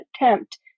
attempt